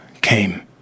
came